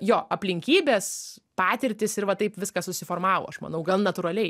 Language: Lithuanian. jo aplinkybės patirtys ir va taip viskas susiformavo aš manau gan natūraliai